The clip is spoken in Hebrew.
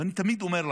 ואני תמיד אומר להם: